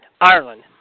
Ireland